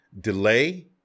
Delay